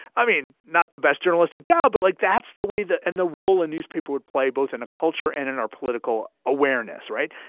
i mean, not the best journalistic job, but like that's the way that and the role and newspaper would play, both in a culture and in our political awareness. right.